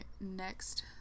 next